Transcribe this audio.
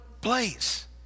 place